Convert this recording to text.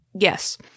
Yes